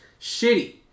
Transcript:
shitty